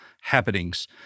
happenings